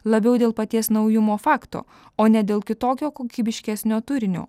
labiau dėl paties naujumo fakto o ne dėl kitokio kokybiškesnio turinio